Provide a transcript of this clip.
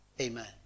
Amen